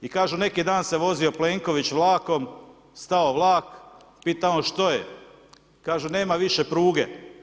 I kažu neki dan se vozio Plenković vlakom, stao vlak, pita on što je, kažu nema više pruge.